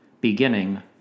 beginning